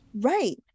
Right